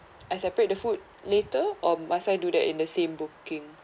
I separate the food later or must I do that in the same booking